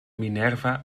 minerva